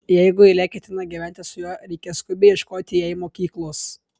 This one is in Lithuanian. jeigu eilė ketina gyventi su juo reikės skubiai ieškoti jai mokyklos